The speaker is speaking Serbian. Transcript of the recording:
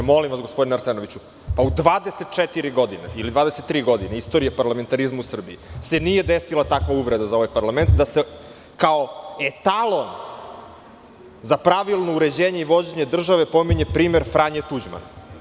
Molim vas, gospodine Arsenoviću, pa u 24 godine ili 23 godine istorije parlamentarizma u Srbiji se nije desila takva uvreda za ovaj parlament da se kao etalon za pravilno uređenje i vođenje države pominje primer Franje Tuđmana.